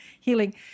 healing